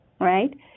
right